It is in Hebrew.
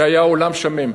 שהיה עולם שמם,